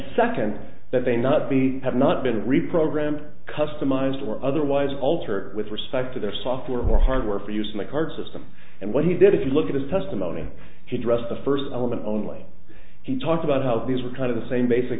second that they not be have not been reprogrammed customized or otherwise alter with respect to their software or hardware for using the card system and what he did if you look at his testimony he dressed the first element only he talked about how these were kind of the same basic